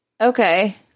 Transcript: Okay